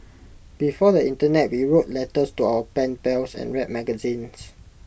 before the Internet we wrote letters to our pen pals and read magazines